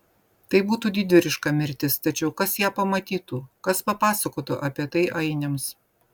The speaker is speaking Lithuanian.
tai būtų didvyriška mirtis tačiau kas ją pamatytų kas papasakotų apie tai ainiams